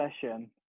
session